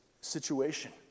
situation